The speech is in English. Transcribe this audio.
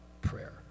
prayer